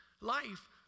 life